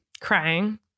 Crying